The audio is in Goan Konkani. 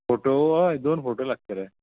फोटो हय दोन फोटो लागतले